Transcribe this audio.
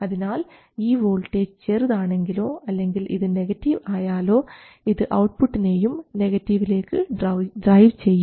അതിനാൽ ഈ വോൾട്ടേജ് ചെറുതാണെങ്കിലോ അല്ലെങ്കിൽ ഇത് നെഗറ്റീവ് ആയാലോ ഇത് ഔട്ട്പുട്ടിനെയും നെഗറ്റീവിലേക്ക് ഡ്രൈവ് ചെയ്യും